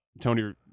Tony